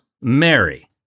Mary